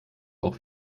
auch